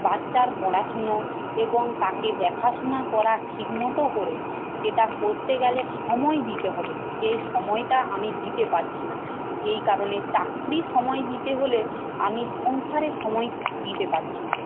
বাচ্চার পড়াশুনো এবং তাকে দেখাশুনা করা ঠিক মতো করে সেটা করতে গেলে সময় দিতে হবে সেই সময়টা আমি দিতে পারছি না সেই কারণে চাকরি সময় দিতে হলে আমি সংসারে সময় দিতে পারছি না